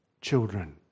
children